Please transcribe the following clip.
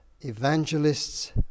evangelists